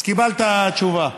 אז קיבלת תשובה.